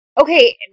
Okay